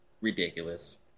ridiculous